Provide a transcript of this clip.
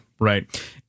right